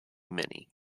minnie